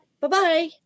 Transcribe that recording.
Bye-bye